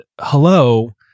hello